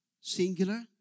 singular